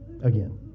again